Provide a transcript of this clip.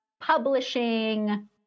publishing